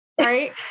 Right